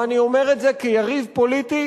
ואני אומר את זה כיריב פוליטי